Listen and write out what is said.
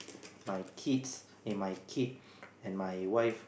my kids eh my kid and my wife